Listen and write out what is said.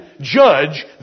judge